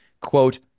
quote